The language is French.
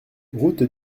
route